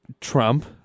Trump